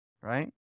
right